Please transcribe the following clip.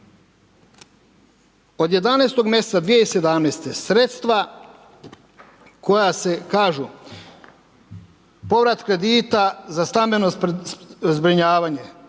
od 11. mj. 2017. sredstva koja se kažu, povrat kredita za stambenog zbrinjavanje,